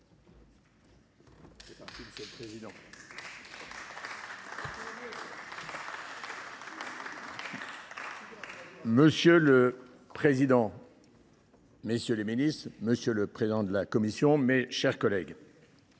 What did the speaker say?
Monsieur le président, messieurs les ministres, monsieur le président de la commission, mes chers collègues,